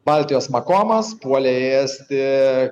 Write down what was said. baltijos makomas puolė ėsti